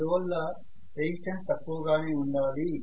ఇందువల్ల రెసిస్టెన్స్ తక్కువ గానే ఉండాలి